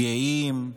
גאים,